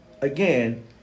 again